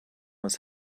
was